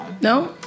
No